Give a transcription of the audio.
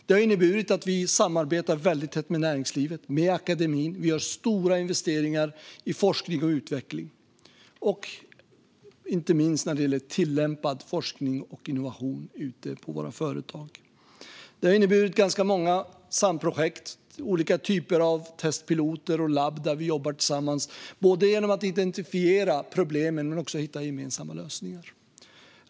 Det har inneburit att vi samarbetar väldigt tätt med näringslivet och akademin och att vi gör stora investeringar i forskning och utveckling, inte minst när det gäller tillämpad forskning och innovation ute på våra företag. Det har inneburit ganska många samprojekt, olika typer av testpiloter och labb där vi jobbar tillsammans, både genom att identifiera problem och genom att hitta gemensamma lösningar.